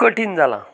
कठीण जालां